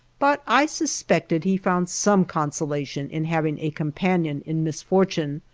but i suspected he found some consolation in having a companion in misfortune,